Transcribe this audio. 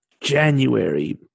January